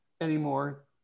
anymore